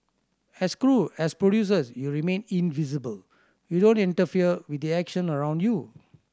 as crew as producers you remain invisible you don't interfere with the action around you